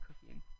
cooking